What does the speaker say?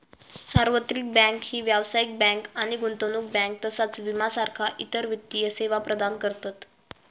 सार्वत्रिक बँक ही व्यावसायिक बँक आणि गुंतवणूक बँक तसाच विमा सारखा इतर वित्तीय सेवा प्रदान करतत